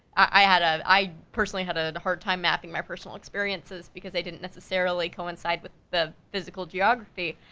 i had a, i personally had a hard time mapping my personal experiences because i didn't necessarily coincide with the physical geography,